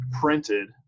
printed